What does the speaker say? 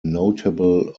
notable